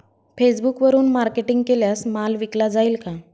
फेसबुकवरुन मार्केटिंग केल्यास माल विकला जाईल का?